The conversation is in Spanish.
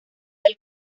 del